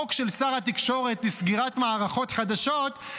החוק של שר התקשורת לסגירת מערכות חדשות,